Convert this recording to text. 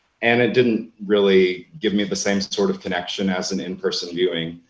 and it didn't really give me the same sort of connection as in in person viewing.